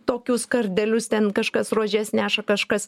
tokius kardelius ten kažkas rožes neša kažkas